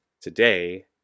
today